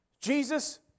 Jesus